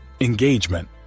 engagement